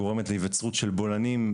גורמת להיווצרות של בולענים,